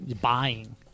buying